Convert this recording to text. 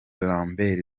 lambert